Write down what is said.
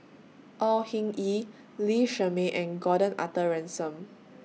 Au Hing Yee Lee Shermay and Gordon Arthur Ransome